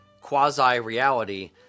quasi-reality